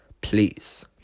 Please